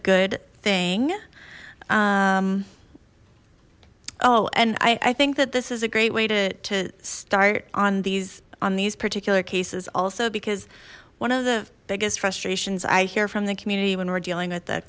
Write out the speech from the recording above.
good thing oh and i i think that this is a great way to start on these on these particular cases also because one of the biggest frustrations i hear from the community when we're dealing with the